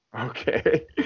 Okay